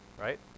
Right